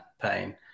pain